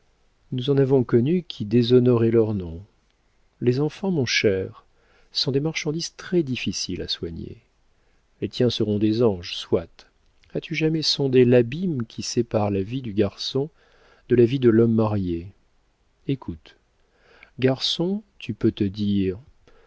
nous en avons connu qui déshonoraient leur nom les enfants mon cher sont des marchandises très difficiles à soigner les tiens seront des anges soit as-tu jamais sondé l'abîme qui sépare la vie du garçon de la vie de l'homme marié écoute garçon tu peux te dire